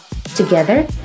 Together